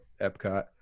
epcot